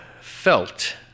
felt